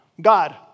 God